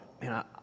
man